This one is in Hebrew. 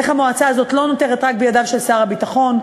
איך המועצה הזאת לא נותרת רק בידיו של שר הביטחון,